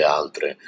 altre